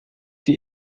sie